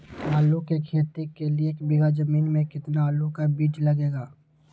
आलू की खेती के लिए एक बीघा जमीन में कितना आलू का बीज लगेगा?